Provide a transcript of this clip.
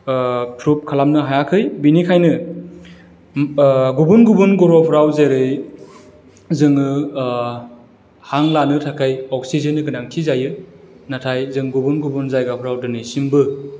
प्रुभ खालामनो हायाखै बिनिखायनो गुबुन गुबुन ग्रहफोराव जेरै जोङो हां लानो थाखै अक्सिजेननि गोनांथि जायो नाथाय जों गुबुन गुबुन जायगाफ्राव दिनैसिमबो